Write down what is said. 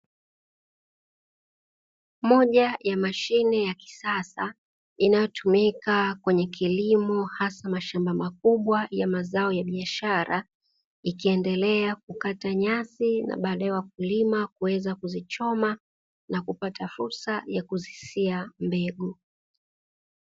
Moja ya mashine ya kisasa inayotumika kwenye kilimo hasa mashamba makubwa ya mazao ya biashara, ikiendelea kukata nyasi na baadaye wakulima kuweza kuzichoma na kupata fursa ya kuzisia mbegu.